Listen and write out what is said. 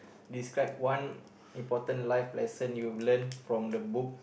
describe one important life lesson you learn from the book